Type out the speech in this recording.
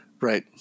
Right